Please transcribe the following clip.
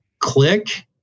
Click